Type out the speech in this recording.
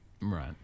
Right